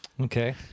Okay